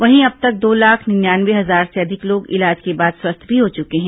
वहीं अब तक दो लाख निन्यानवे हजार से अधिक लोग इलाज के बाद स्वस्थ भी हो चुके हैं